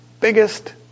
biggest